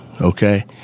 okay